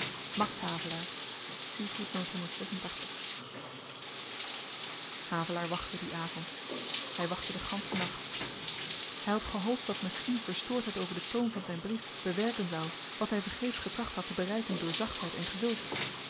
havelaar wachtte dien avend hy wachtte den gansche nacht hy had gehoopt dat misschien verstoordheid over den toon van zyn brief bewerken zou wat hy vergeefs getracht had te bereiken door zachtheid en geduld